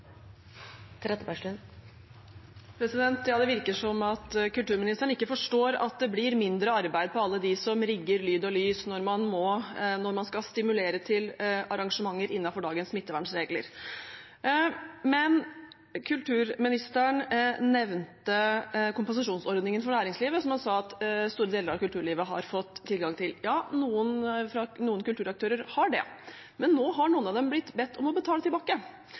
blir mindre arbeid på alle dem som rigger lyd og lys, når man skal stimulere til arrangementer innenfor dagens smittevernregler. Kulturministeren nevnte kompensasjonsordningen for næringslivet, som han sa at store deler av kulturlivet har fått tilgang til. Ja, noen kulturaktører har det. Men nå har noen av dem blitt bedt om å betale tilbake.